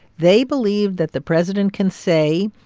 they believe that the president can say,